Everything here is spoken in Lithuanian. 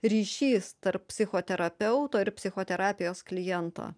ryšys tarp psichoterapeuto ir psichoterapijos kliento